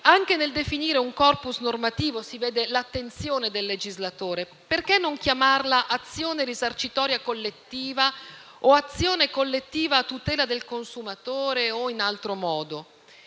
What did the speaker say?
anche nel definire un *corpus* normativo, si vede l'attenzione del legislatore. Perché non chiamarla azione risarcitoria collettiva o azione collettiva a tutela del consumatore o in altro modo?